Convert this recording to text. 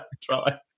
Try